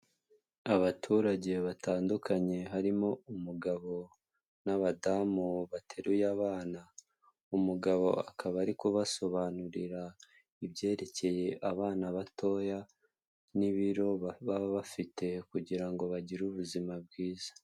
Abaturage batandukanye harimo umugabo n'abadamu bateruye abana, umugabo akaba ari kubasobanurira ibyerekeye abana batoya n'ibiro baba bafite kugira ngo bagire ubuzima bwiza.